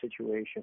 situation